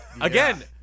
Again